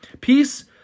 Peace